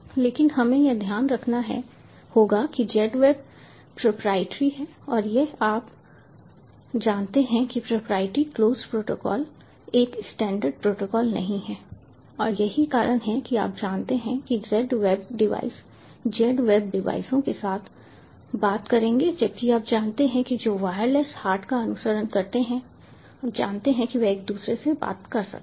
लेकिन हमें यह ध्यान रखना होगा कि जेड वेव प्रोपराइटरी है और यह आप जानते हैं कि प्रोपराइटरी क्लोज प्रोटोकॉल एक स्टैंडर्ड प्रोटोकॉल नहीं है और यही कारण है कि आप जानते हैं कि Z wave device Z wave डिवाइसों के साथ बात करेंगे जबकि आप जानते हैं कि जो WirelessHART का अनुसरण करते हैं आप जानते हैं कि वे एक दूसरे से बात कर सकते हैं